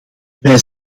wij